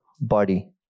body